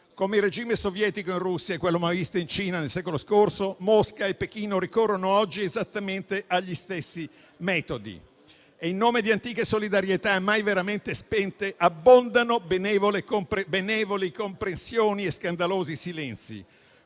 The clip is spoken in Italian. Come il regime sovietico in Russia e quello maoista in Cina nel secolo scorso, Mosca e Pechino ricorrono oggi esattamente agli stessi metodi, e in nome di antiche solidarietà, mai veramente spente, abbondano benevoli comprensioni e scandalosi silenzi,